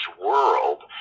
world